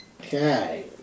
Okay